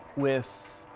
with